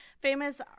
famous